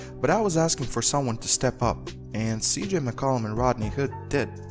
but i was asking for someone to step up and cj and mccollum and rodney hood did.